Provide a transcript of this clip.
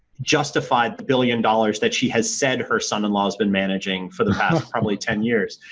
justified the billion dollars that she had said her son-in-law's been managing for the past probably ten years.